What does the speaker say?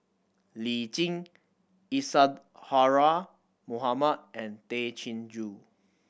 Lee Tjin Isadhora Mohamed and Tay Chin Joo